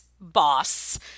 boss